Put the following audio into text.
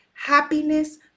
happiness